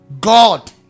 God